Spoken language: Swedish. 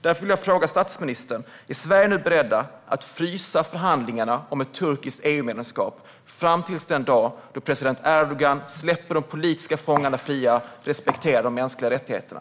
Därför vill jag fråga statsministern: Är Sverige nu berett att frysa förhandlingarna om ett turkiskt EU-medlemskap fram till den dag då president Erdogan släpper de politiska fångarna fria och respekterar de mänskliga rättigheterna?